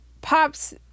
Pops